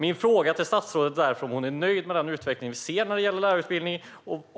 Min fråga till statsrådet är därför om hon är nöjd med den utveckling vi ser när det gäller lärarutbildningen.